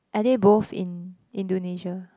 are they both in Indonesia